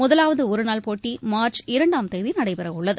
முதலாவது ஒருநாள் போட்டி மார்ச் இரண்டாம் தேதி நடைபெறவுள்ளது